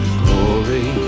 glory